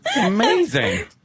amazing